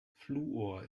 fluor